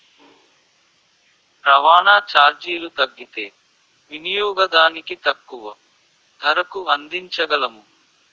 రవాణా చార్జీలు తగ్గితే వినియోగదానికి తక్కువ ధరకు అందించగలము